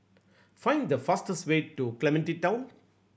find the fastest way to Clementi Town